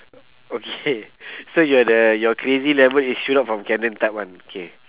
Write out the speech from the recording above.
okay so you're the your crazy level is shoot out from cannon type [one] K